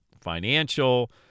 financial